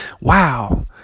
wow